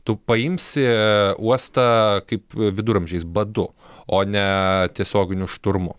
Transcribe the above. tu paimsi uostą kaip viduramžiais badu o ne tiesioginiu šturmu